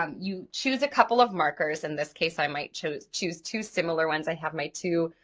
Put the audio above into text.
um you choose a couple of markers in this case, i might choose choose two similar ones, i have my two,